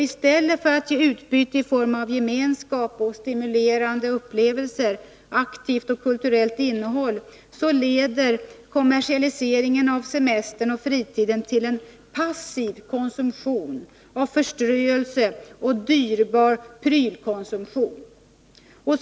I stället för att ge utbyte i form av gemenskap, stimulerande upplevelser, aktivt och kulturellt innehåll leder kommersialiseringen av semester och fritid till en passiv konsumtion av förströelse och dyrbar prylkonsumtion.